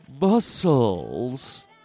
muscles